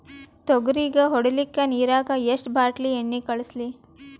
ತೊಗರಿಗ ಹೊಡಿಲಿಕ್ಕಿ ನಿರಾಗ ಎಷ್ಟ ಬಾಟಲಿ ಎಣ್ಣಿ ಕಳಸಲಿ?